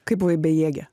kai buvai bejėgė